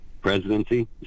Presidency